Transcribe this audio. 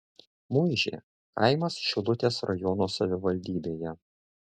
muižė kaimas šilutės rajono savivaldybėje